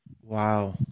Wow